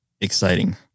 exciting